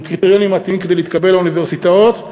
עם קריטריונים מתאימים, להתקבל לאוניברסיטאות,